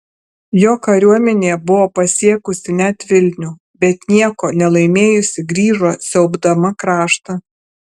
jo kariuomenė buvo pasiekusi net vilnių bet nieko nelaimėjusi grįžo siaubdama kraštą